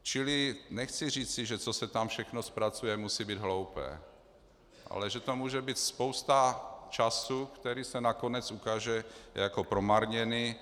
Čili nechci říci, že co se tam všechno zpracuje, musí být hloupé, ale že to může být spousta času, který se nakonec ukáže jako promarněný.